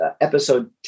episode